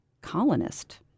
colonist